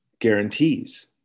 guarantees